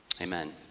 amen